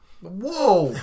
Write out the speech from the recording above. Whoa